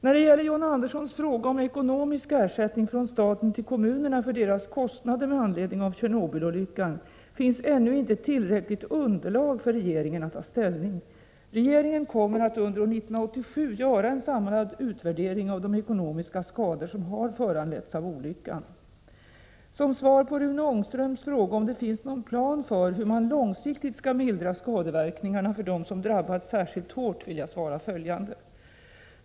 När det gäller John Anderssons fråga om ekonomisk ersättning från staten till kommunerna för deras kostnader med anledning av Tjernobylolyckan finns ännu inte tillräckligt underlag för regeringen att ta ställning. Regeringen kommer att under år 1987 göra en samlad utvärdering av de ekonomiska skador som har föranletts av olyckan. Som svar på Rune Ångströms fråga om det finns någon plan för hur man långsiktigt skall mildra skadeverkningarna för dem som drabbats särskilt hårt vill jag svara följande.